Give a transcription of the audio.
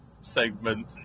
segment